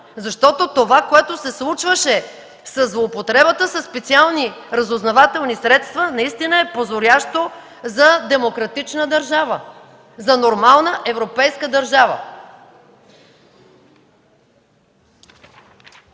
защото това, което се случваше със злоупотребата със специални разузнавателни средства, наистина е позорящо за демократична, нормална европейска държава.